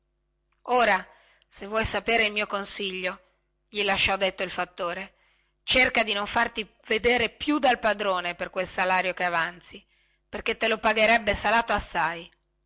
ora se vuoi sapere il mio consiglio gli lasciò detto il fattore cerca di non farti vedere più dal padrone per quel salario che avanzi perchè te lo pagherebbe salato assai